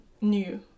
new